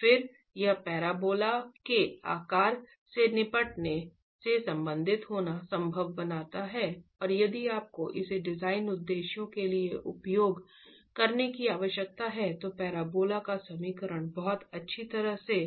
फिर यह पैराबोला के आकार से निकटता से संबंधित होना संभव बनाता है और यदि आपको इसे डिजाइन उद्देश्यों के लिए उपयोग करने की आवश्यकता है तो पैराबोला का समीकरण बहुत अच्छी तरह से